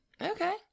Okay